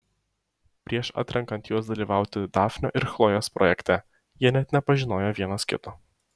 prieš atrenkant juos dalyvauti dafnio ir chlojės projekte jie net nepažinojo vienas kito